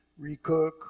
recook